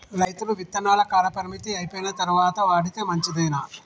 రైతులు విత్తనాల కాలపరిమితి అయిపోయిన తరువాత వాడితే మంచిదేనా?